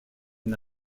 une